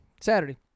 Saturday